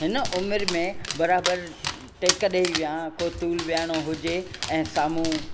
हिन उमिरि में बराबरु टेक ॾेई विहां को टूल विहाणो हुजे ऐं साम्हूं